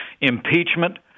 impeachment